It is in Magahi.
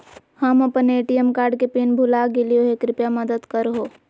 हम अप्पन ए.टी.एम कार्ड के पिन भुला गेलिओ हे कृपया मदद कर हो